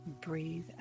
breathe